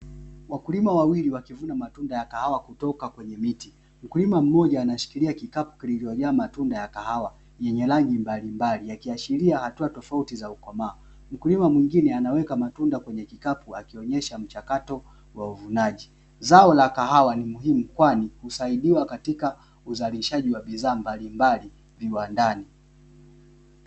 Wakulima wawili wakivuna matunda ya kahawa kutoka kwenye miti. Mkulima mmoja anashikilia kikapu kilichojaa matunda ya kahawa yenye rangi mbalimbali yakiashiria hatua tafouti za kukomaa, mkulima mwingine anaweka matunda kwenye kikapu akionyesha mchakato wa uvunaji. Zao la kahawa ni muhimu kwani husaidia katika uzalishaji wa bidhaa mbalimbali viwandani.